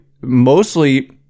mostly